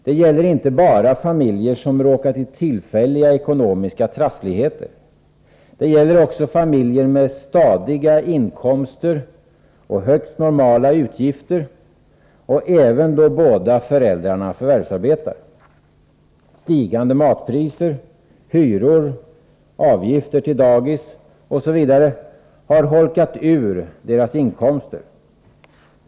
Det gäller inte bara familjer som råkat i tillfälliga ekonomiska trassligheter. Det gäller också familjer med stadiga inkomster och högst normala utgifter och även då båda föräldrarna förvärvsarbetar. Stigande matpriser, hyror, avgifter till daghem osv. har holkat ur deras inkomster.